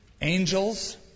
angels